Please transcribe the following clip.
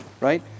right